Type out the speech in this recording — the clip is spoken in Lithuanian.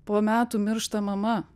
po metų miršta mama